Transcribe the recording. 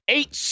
Eight